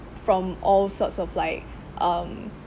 from all sorts of like um